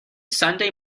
sunday